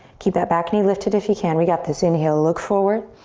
keep that back knee lifted if you can. we got this. inhale, look forward.